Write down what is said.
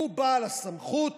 הוא בעל הסמכות